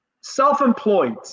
self-employed